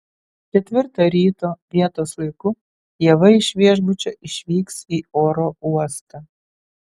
ketvirtą ryto vietos laiku ieva iš viešbučio išvyks į oro uostą